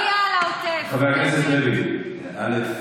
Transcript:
הגיע לעוטף, חבר הכנסת לוי, א.